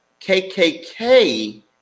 KKK